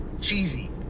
cheesy